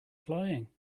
flying